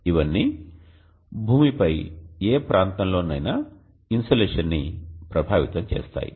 ఇవన్నీ భూమిపై ఏ ప్రాంతంలో నైనా ఇన్సోలేషన్ని ప్రభావితం చేస్తాయి